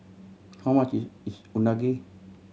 how much is is Unagi